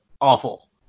awful